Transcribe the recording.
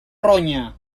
ronya